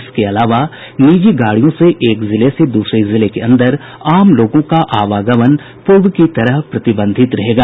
इसके अलावा निजी गाड़ियों से एक जिले से दूसरे जिले के अंदर आम लोगों का आवागमन पूर्व की तरह प्रतिबंधित रहेगा